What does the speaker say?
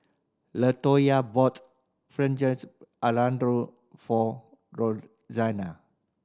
Latoyia bought Fettuccine Alfredo for Roxana